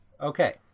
okay